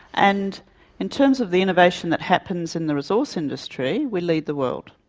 and in terms of the innovation that happens in the resource industry, we lead the world.